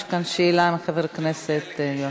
יש כאן שאלה של חבר הכנסת יואב קיש.